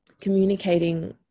communicating